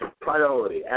priority